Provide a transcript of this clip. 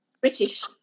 British